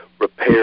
repair